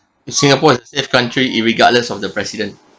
is singapore a safe country irregardless of the president